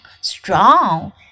strong